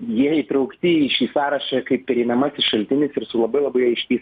jie įtraukti į šį sąrašą kaip pereinamasis šaltinis ir su labai labai aiškiais